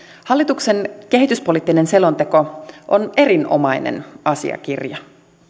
hallituksen kehityspoliittinen selonteko on erinomainen asiakirja